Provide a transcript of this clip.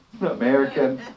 American